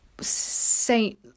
Saint